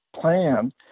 plan